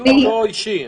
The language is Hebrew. הדיון לא אישי.